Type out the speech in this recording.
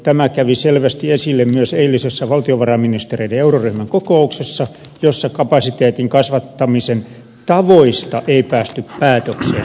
tämä kävi selvästi esille myös eilisessä valtiovarainministereiden euroryhmän kokouksessa jossa kapasiteetin kasvattamisen tavoista ei päästy päätökseen